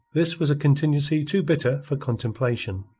this was a contingency too bitter for contemplation.